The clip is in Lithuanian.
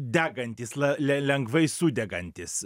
degantys la le lengvai sudegantys